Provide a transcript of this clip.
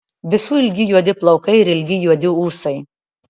visų ilgi juodi plaukai ir ilgi juodi ūsai